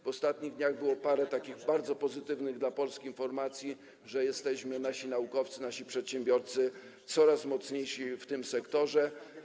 W ostatnich dniach było parę takich bardzo pozytywnych dla Polski informacji, że nasi naukowcy, nasi przedsiębiorcy są coraz mocniejsi w tym sektorze.